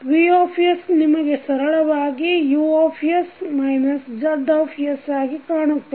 Vನಿಮಗೆ ಸರಳವಾಗಿ Us Z ಆಗಿ ಕಾಣುತ್ತವೆ